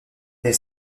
elle